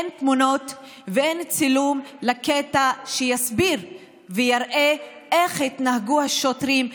אין תמונות ואין צילום של הקטע שיסביר ויראה איך התנהגו השוטרים,